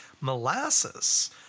Molasses